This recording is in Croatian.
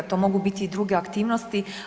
To mogu biti i druge aktivnosti.